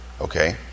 okay